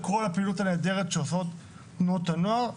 כל הפעילות הנהדרת שעושות תנועות הנוער,